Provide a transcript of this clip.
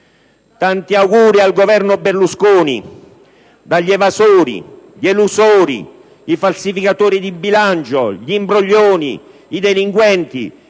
Tanti auguri al Governo Berlusconi dagli evasori, gli elusori, i falsificatori di bilancio, gli imbroglioni, i delinquenti